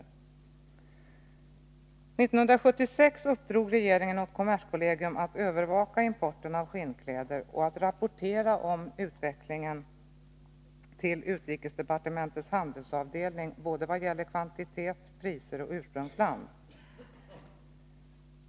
1976 uppdrog regeringen åt kommerskollegium att övervaka importen av skinnkläder och att rapportera om utvecklingen till utrikesdepartementets handelsavdelning vad gäller såväl kvantitet och priser som ursprungsland.